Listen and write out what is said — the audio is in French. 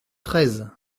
treize